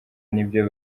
nibyo